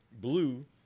blue